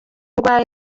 urwaye